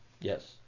yes